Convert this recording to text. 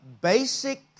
basic